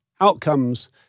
Outcomes